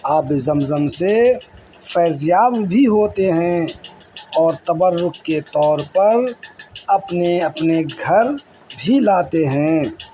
آب زم زم سے فیضیاب بھی ہوتے ہیں اور تبرک کے طور پر اپنے اپنے گھر بھی لاتے ہیں